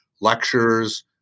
Lectures